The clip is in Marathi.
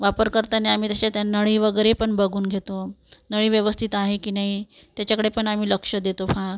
वापर करताना आम्ही त्याची नळी वगैरे बघून घेतो नळी व्यवस्थित आहे की नाही त्याच्याकडे पण आम्ही लक्ष देतो फार